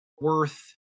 worth